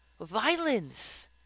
violence